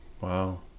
Wow